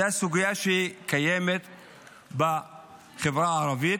זו סוגיה שקיימת בחברה הערבית.